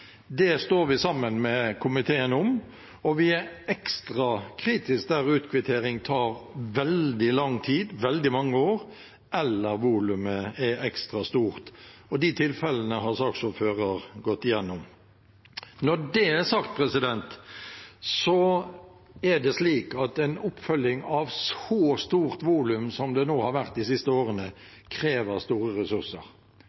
Det står vi sammen med komiteen om, og vi er ekstra kritiske der utkvittering tar veldig lang tid, veldig mange år, eller der volumet er ekstra stort. De tilfellene har saksordføreren gått igjennom. Når det er sagt, er det slik at en oppfølging av et så stort volum som det har vært de siste